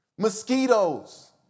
Mosquitoes